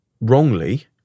wrongly